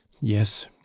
yes